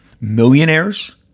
millionaires